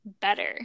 better